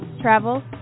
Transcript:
travel